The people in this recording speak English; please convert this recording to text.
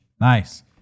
Nice